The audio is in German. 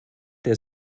der